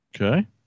Okay